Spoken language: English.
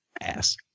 ass